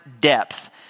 depth